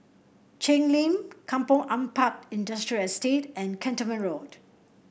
Cheng Lim Kampong Ampat Industrial Estate and Cantonment Road